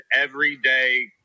everyday